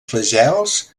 flagels